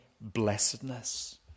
blessedness